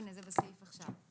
זה בסעיף עכשיו.